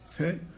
Okay